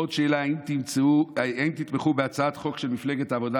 עוד שאלה: האם תתמכו בהצעת חוק של מפלגת העבודה